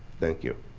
thank you.